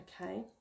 okay